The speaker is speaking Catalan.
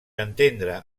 entendre